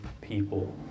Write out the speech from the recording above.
people